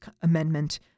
amendment